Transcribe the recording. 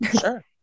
sure